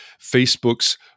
Facebook's